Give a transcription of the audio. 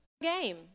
Game